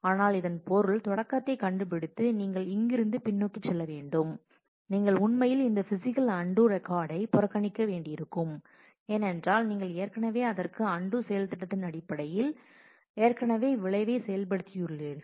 ஆனால் இதன் பொருள் தொடக்கத்தைக் கண்டுபிடித்து நீங்கள் இங்கிருந்து பின்னோக்கிச் செல்ல வேண்டும் நீங்கள் உண்மையில் இந்த பிசிக்கல் அன்டூ ரெக்கார்டை புறக்கணிக்க வேண்டியிருக்கும் ஏனென்றால் நீங்கள் ஏற்கனவே அதற்கு அன்டூ செயல்திட்டத்தின் அடிப்படையில் ஏற்கனவே விளைவை செயல்படுத்தியுள்ளீர்கள்